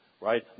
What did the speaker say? Right